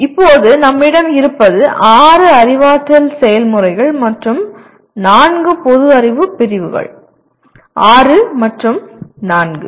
இப்போது நம்மிடம் இருப்பது ஆறு அறிவாற்றல் செயல்முறைகள் மற்றும் நான்கு பொது அறிவு பிரிவுகள் ஆறு மற்றும் நான்கு